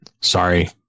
Sorry